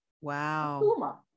wow